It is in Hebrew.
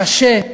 קשה,